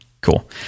cool